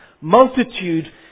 multitude